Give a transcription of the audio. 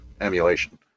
emulation